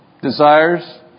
Desires